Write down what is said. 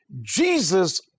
Jesus